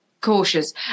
cautious